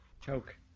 Choke